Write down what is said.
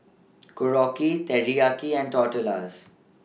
Korokke Teriyaki and Tortillas